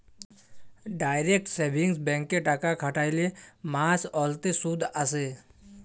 direct savings ব্যাংকে টাকা খ্যাটাইলে মাস অল্তে সুদ আসে